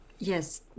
Yes